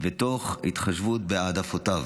ותוך התחשבות בהעדפותיו.